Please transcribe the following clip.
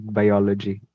biology